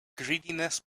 greediness